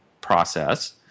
process